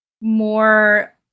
More